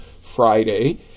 Friday